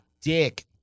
dick